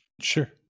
sure